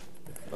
בבקשה.